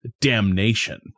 Damnation